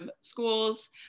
schools